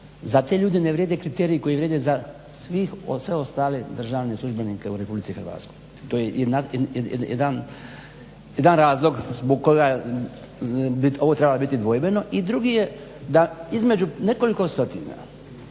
za te ljude ne vrijede kriteriji koji vrijede za sve ostale državne službenike u RH. To je jedan razlog zbog koga bi ovo trebalo biti dvojbeno i drugi je da između nekoliko stotina